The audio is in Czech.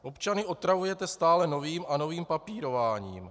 Občany otravujete stále novým a novým papírováním.